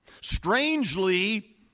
Strangely